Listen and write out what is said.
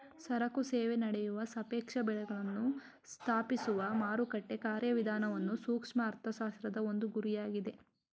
ಸರಕು ಸೇವೆ ನಡೆಯುವ ಸಾಪೇಕ್ಷ ಬೆಳೆಗಳನ್ನು ಸ್ಥಾಪಿಸುವ ಮಾರುಕಟ್ಟೆ ಕಾರ್ಯವಿಧಾನವನ್ನು ಸೂಕ್ಷ್ಮ ಅರ್ಥಶಾಸ್ತ್ರದ ಒಂದು ಗುರಿಯಾಗಿದೆ